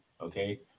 okay